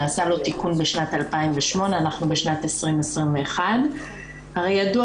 נעשה לו תיקון בשנת 2008 ואנחנו בשנת 2021. הרי ידוע